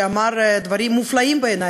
שאמר דברים מופלאים בעיני,